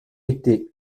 été